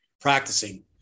practicing